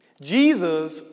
Jesus